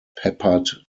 peppered